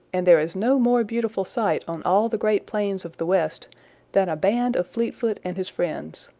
and there is no more beautiful sight on all the great plains of the west than a band of fleetfoot and his friends.